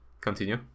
Continue